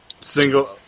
single